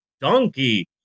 donkey